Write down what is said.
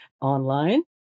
online